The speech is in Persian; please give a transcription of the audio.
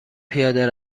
پیاده